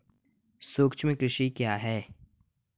सूक्ष्म कृषि क्या है?